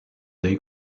they